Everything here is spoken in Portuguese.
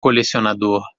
colecionador